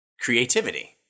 creativity